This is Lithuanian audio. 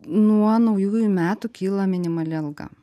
nuo naujųjų metų kyla minimali alga